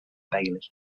bailey